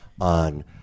on